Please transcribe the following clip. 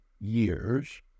years